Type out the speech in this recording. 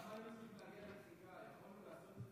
למה היינו צריכים לחכות לפסיקה?